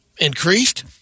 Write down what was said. increased